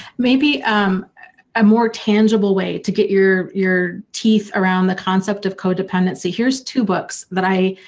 maybe a more tangible way to get your your teeth around the concept of codependency, here's two books that i.